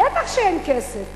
בטח שאין כסף,